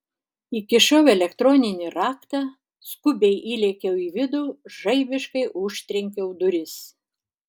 įkišau elektroninį raktą skubiai įlėkiau į vidų žaibiškai užtrenkiau duris